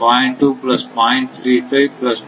2 0